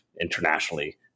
internationally